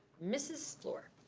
mrs. fluor.